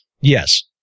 Yes